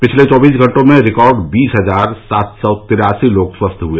पिछले चौबीस घंटे में रिकॉर्ड बीस हजार सात सौ तिरासी लोग स्वस्थ हुए